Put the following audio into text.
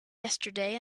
yesterday